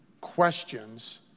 questions